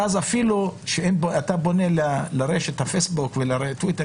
ואז אפילו כשאתה פונה לפייסבוק ולטוויטר